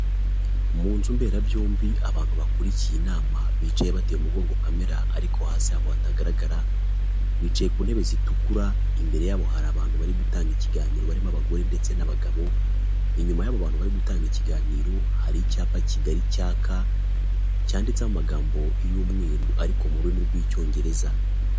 Mu nzu mberabyombi abantu bakurikiye inama bicaye bateye umugongo kamera, ariko hasi yabo hatagaragara, bicaye ku ntebe zitukura, imbere yabo hari abantu bari gutanga ikiganiro barimo abagore ndetse n'abagabo, inyuma y'abo bantu bari gutanga ikiganiro hari icyapa kigari cyaka, cyanditseho amagambo y'umweru ariko mu rurimi rw'icyongereza.